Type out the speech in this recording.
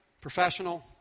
professional